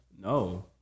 No